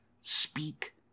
speak